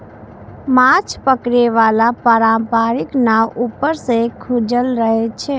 माछ पकड़े बला पारंपरिक नाव ऊपर सं खुजल रहै छै